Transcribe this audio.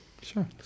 Sure